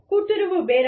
கூட்டுறவு பேரம்